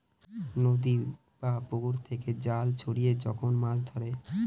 নদী বা পুকুর থেকে জাল ছড়িয়ে যখন মাছ ধরে